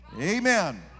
Amen